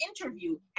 interview